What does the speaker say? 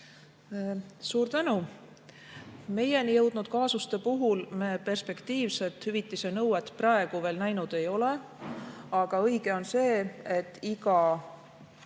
Suur tänu! Meieni jõudnud kaasuste puhul me perspektiivset hüvitise nõuet praegu veel näinud ei ole. Aga on õige, et iga